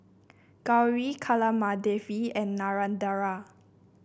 Gauri Kamaladevi and Narendra